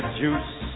juice